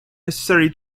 necessary